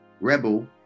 Rebel